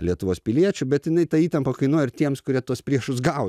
lietuvos piliečiu bet jinai ta įtampa kainuoja ir tiems kurie tuos priešus gaudo